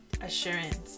assurance